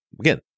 again